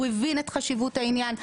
הבין את חשיבת העניין.